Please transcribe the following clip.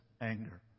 anger